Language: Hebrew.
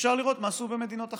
אפשר לראות מה עשו במדינות אחרות.